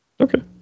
okay